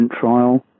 trial